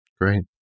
Great